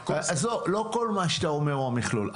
לא כל מה שאתה אומר הוא המכלול.